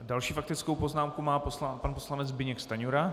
Další faktickou poznámku má pan poslanec Zbyněk Stanjura.